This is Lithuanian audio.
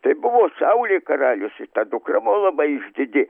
tai buvo saulė karalius ir ta dukra buvo labai išdidi